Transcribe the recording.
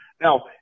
Now